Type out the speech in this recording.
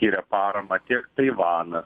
skiria paramą tiek taivanas